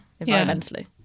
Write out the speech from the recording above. environmentally